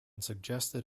suggested